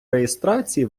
реєстрації